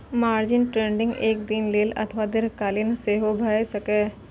margin trading एक दिन लेल अथवा दीर्घकालीन सेहो भए सकैए